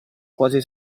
quasi